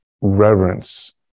reverence